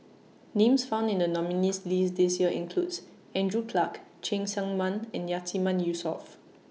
Names found in The nominees' list This Year include Andrew Clarke Cheng Tsang Man and Yatiman Yusof